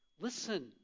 Listen